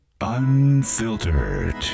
unfiltered